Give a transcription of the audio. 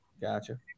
Gotcha